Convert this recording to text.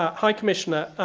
ah high commissioner,